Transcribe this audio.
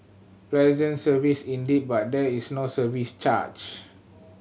pleasant service indeed but there is no service charge